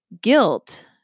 Guilt